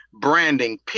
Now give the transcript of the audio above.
branding